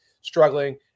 struggling